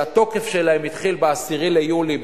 שהתוקף שלהם התחיל ב-10 ביולי,